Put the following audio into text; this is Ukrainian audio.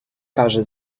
каже